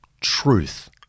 Truth